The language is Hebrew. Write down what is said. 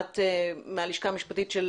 את מהלשכה המשפטית של